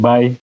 Bye